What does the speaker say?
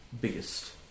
biggest